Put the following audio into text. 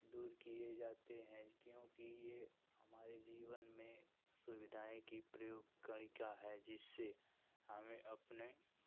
दूर किए जाते हैं क्योंकि यह हमारे जीवन में सुविधाएँ की प्रयोग कणिका है जिससे हमें अपने